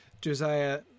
Josiah